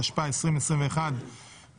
התשפ"א 2021 (פ/905/24),